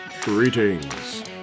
greetings